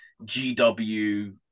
GW